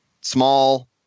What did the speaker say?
small